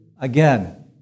again